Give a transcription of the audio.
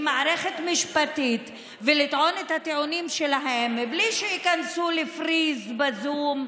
מערכת משפטית ולטעון את הטיעונים שלהם בלי שייכנסו ל-freeze בזום,